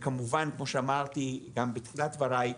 וכמובן כמו שאמרתי גם בתחילת דבריי,